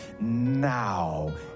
now